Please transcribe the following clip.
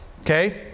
Okay